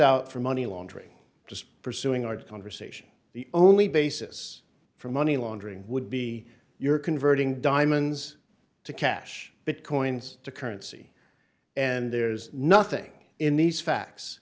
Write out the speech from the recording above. out for money laundering just pursuing our conversation the only basis for money laundering would be you're converting diamonds to cash bitcoins to currency and there's nothing in these facts